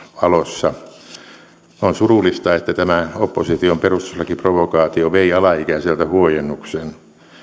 valossa on surullista että tämä opposition perustuslakiprovokaatio vei alaikäiseltä huojennuksen